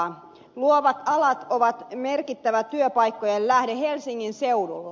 luovat alat ovat merkittävä työpaikkojen lähde helsingin seudulla